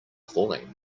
falling